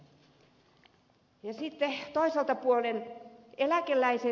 tämmöinen on suomen järjestelmä